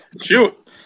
Shoot